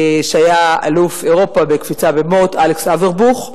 שהיה אלוף אירופה בקפיצה במוט, אלכס אברבוך.